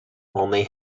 only